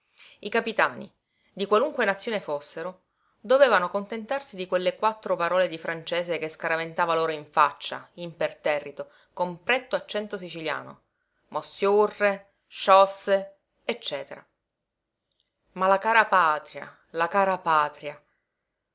i capitani di qualunque nazione fossero dovevano contentarsi di quelle quattro parole di francese che scaraventava loro in faccia imperterrito con pretto accento siciliano mossiurre sciosse ecc ma la cara patria la cara patria